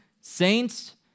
saints